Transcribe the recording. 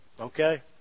okay